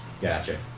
Gotcha